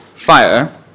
fire